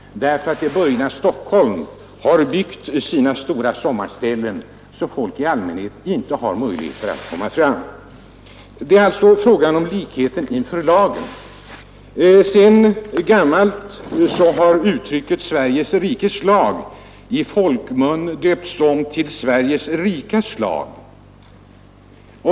Burgna stockholmare har byggt sina stora sommarställen så att folk i allmänhet inte har möjligheter att komma fram till stränderna. Det är alltså fråga om likhet intör lagen. Sedan gammalt har uttrycket ”Sveriges rikes lag” i folkmun ändrats till ”Sveriges rikas lag”.